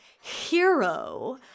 hero